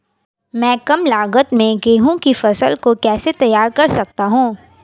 मैं कम लागत में गेहूँ की फसल को कैसे तैयार कर सकता हूँ?